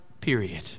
period